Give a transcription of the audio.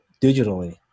digitally